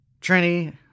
Trini